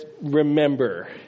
Remember